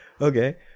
okay